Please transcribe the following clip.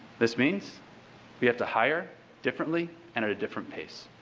this means we have to hire differently and at a different pace.